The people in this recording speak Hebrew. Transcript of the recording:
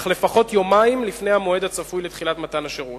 אך לפחות יומיים לפני המועד הצפוי לתחילת מתן השירות.